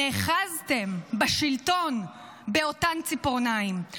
נאחזתם בשלטון באותן ציפורניים,